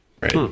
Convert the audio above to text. Right